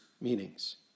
meanings